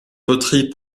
poteries